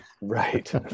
Right